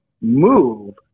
move